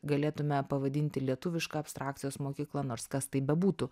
galėtume pavadinti lietuviška abstrakcijos mokykla nors kas tai bebūtų